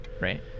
Right